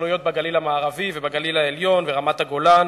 ההתנחלויות בגליל המערבי ובגליל העליון וברמת-הגולן